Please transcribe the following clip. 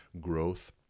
growth